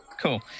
cool